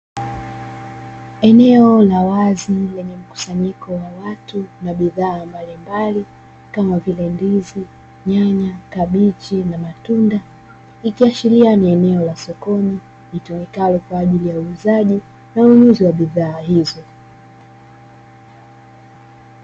Eneo la lenye mkusanyiko wa watu na bidhaa mbalimbali kama vile; ndizi, nyanya, kabichi na matunda, ikiashiria ni eneo la soko linalotumika kwa ajili ya uuzaji na ununuzi wa bidhaa hizo.